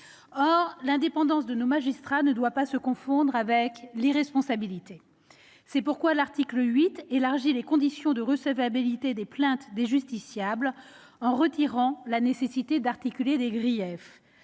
L'indépendance de nos magistrats ne doit pas se confondre avec l'irresponsabilité. C'est pourquoi l'article 8 élargit les conditions de recevabilité des plaintes des justiciables en supprimant la nécessité d'articuler les griefs.